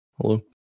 Hello